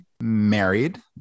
married